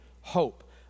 hope